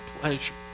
pleasure